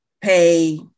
pay